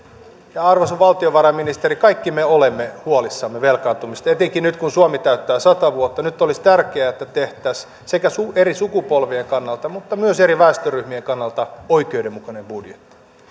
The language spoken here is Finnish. ja arvoisa valtiovarainministeri kaikki me olemme huolissamme velkaantumisesta etenkin nyt kun suomi täyttää sata vuotta nyt olisi tärkeää että tehtäisiin eri sukupolvien kannalta mutta myös eri väestöryhmien kannalta oikeudenmukainen budjetti